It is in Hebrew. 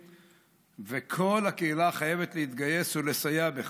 וכל הקהילה חייבת להתגייס ולסייע בכך.